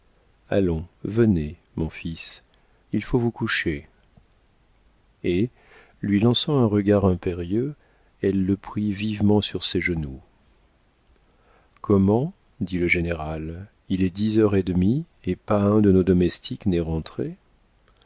allons venez mon fils il faut vous coucher et lui lançant un regard impérieux elle le prit vivement sur ses genoux comment dit le général il est dix heures et demie et pas un de nos domestiques n'est rentré